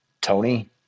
Tony